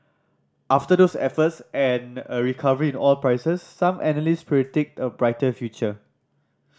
after those efforts and a recovery in oil prices some analyst predict a brighter future